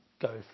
go